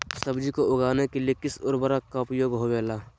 सब्जी को उगाने के लिए किस उर्वरक का उपयोग होबेला?